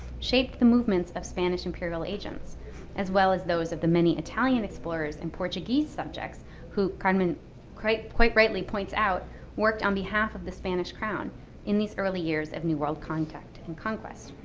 shaped the movement of spanish imperial agents as well as those of the many italian explorers and portuguese subjects who carmen quite quite rightly points out worked on behalf of the spanish crown in these early years of new world contact and conquest.